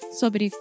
sobre